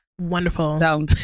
Wonderful